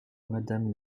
madame